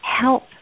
help